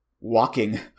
walking